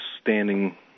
standing